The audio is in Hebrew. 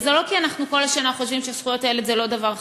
וזה לא כי אנחנו כל השנה חושבים שזכויות הילד זה לא דבר חשוב.